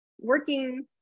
working